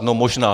No, možná.